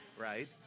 right